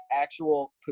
actual